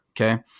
Okay